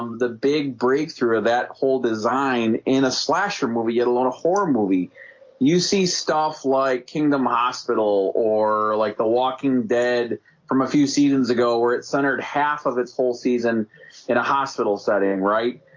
um the big breakthrough that whole design in a slasher movie hit a lot a horror movie you see stuff like kingdom hospital or like the walking dead from a few seasons ago where it's centered half of its whole season in a hospital setting right?